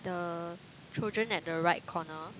the children at the right corner